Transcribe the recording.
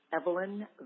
evelyn